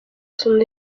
son